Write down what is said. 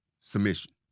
submission